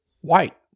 white